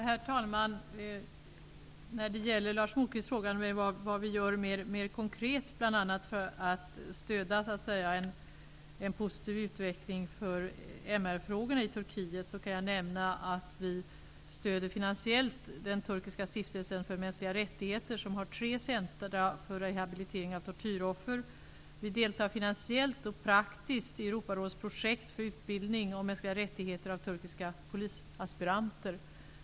Herr talman! När det gäller Lars Moquists fråga om vad vi konkret gör för att stödja en positiv utveckling för MR-frågorna i Turkiet kan jag nämna att vi finansiellt stöder den turkiska stiftelsen för mänskliga rättigheter. Den har tre centrer för rehabilitering av tortyroffer. Vi deltar finansiellt och praktiskt i Europarådets projekt för utbildning av turkiska polisaspiranter om mänskliga rättigheter.